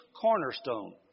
cornerstone